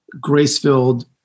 grace-filled